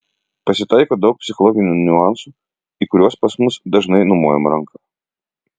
pasitaiko daug psichologinių niuansų į kuriuos pas mus dažnai numojama ranka